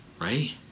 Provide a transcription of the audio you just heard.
right